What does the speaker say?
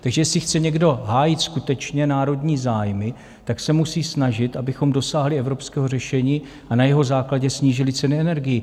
Takže jestli chce někdo hájit skutečně národní zájmy, tak se musí snažit, abychom dosáhli evropského řešení a na jeho základě snížili ceny energií.